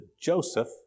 Joseph